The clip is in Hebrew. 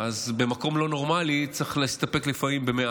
אז במקום לא נורמלי לפעמים צריך להסתפק במועט.